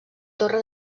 torre